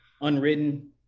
Unwritten